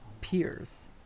peers